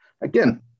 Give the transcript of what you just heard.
again